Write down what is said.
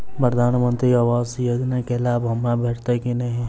प्रधानमंत्री आवास योजना केँ लाभ हमरा भेटतय की नहि?